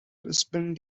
lisbon